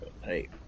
Hey